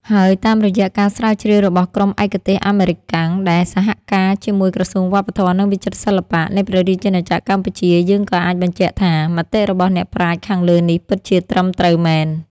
ហើយតាមរយៈការស្រាវជ្រាវរបស់ក្រុមឯកទេសអាមេរិកកាំង ដែលសហការណ៍ជាមួយក្រសួងវប្បធម៌ និងវិចិត្រសិល្បៈ នៃព្រះរាជាណាចក្រកម្ពុជា យើង ក៏អាចបញ្ជាក់ថា មតិរបស់អ្នកប្រាជ្ញខាងលើនេះ ពិតជាត្រឹមត្រូវមែន ។